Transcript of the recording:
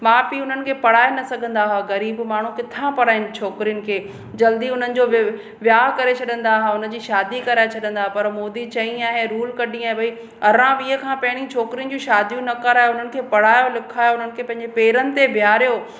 माउ पीउ हुननि खे पढ़ाए न सघंदा हुआ ग़रीब माण्हू किथां पढ़ाइण छोकिरियुनि खे जल्दी हुननि जो व्याह करे छॾिंदा हुआ हुननि जी शादी कराए छॾिंदा पर मोदी चई आहे रूल कढी आहे अरिड़हं वीह खां पहिरीं छोकिरियुनि जी शादियूं न करायो हुननि खे पढ़ायो लिखायो हुननि खे पंहिजे पेरनि ते बीहारियो